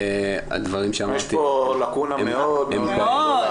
הדברים שאמרתי --- יש פה לקונה מאוד מאוד גדולה.